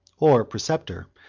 or preceptor,